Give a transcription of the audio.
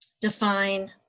define